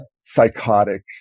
psychotic